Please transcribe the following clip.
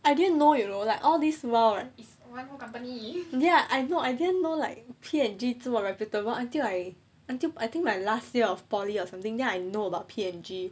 I didn't know you know like all this law right is ya no I didn't know like P&G 这么 reputable until like I think last year of poly or something then I know about P&G